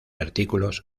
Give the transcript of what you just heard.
artículos